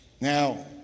Now